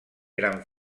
gran